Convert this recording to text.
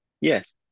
Yes